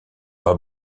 pas